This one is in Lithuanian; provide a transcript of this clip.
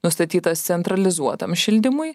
nustatytas centralizuotam šildymui